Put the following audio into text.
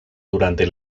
durante